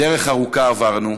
דרך ארוכה עברנו,